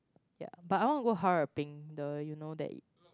yeah but I want to Harbin the you know that it